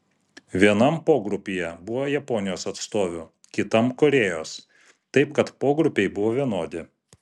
vienam pogrupyje buvo japonijos atstovių kitam korėjos taip kad pogrupiai buvo vienodi